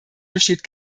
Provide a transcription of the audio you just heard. besteht